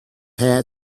had